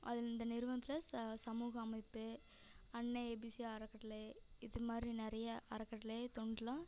அதில் இந்த நிறுவனத்தில் ச சமூக அமைப்பு அன்னை ஏபிசி அறக்கட்டளை இது மாதிரி நிறைய அறக்கட்டளை தொண்டுலாம்